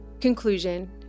Conclusion